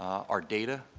our data,